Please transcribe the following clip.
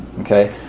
Okay